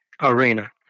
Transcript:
arena